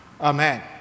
Amen